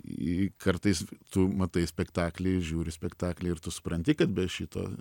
į kartais tu matai spektaklį žiūri spektaklį ir tu supranti kad be šito